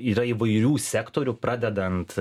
yra įvairių sektorių pradedant